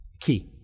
key